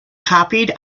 copied